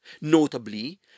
Notably